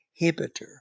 inhibitor